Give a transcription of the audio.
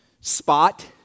spot